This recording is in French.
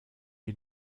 est